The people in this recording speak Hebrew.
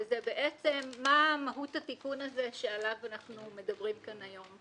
וזה בעצם מה מהות התיקון הזה שעליו אנחנו מדברים כאן היום.